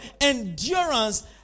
Endurance